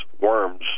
worms